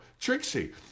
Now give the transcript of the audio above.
Trixie